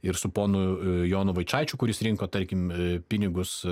ir su ponu jonu vaičaičiu kuris rinko tarkim pinigus